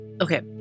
okay